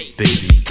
baby